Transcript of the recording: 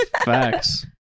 Facts